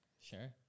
Sure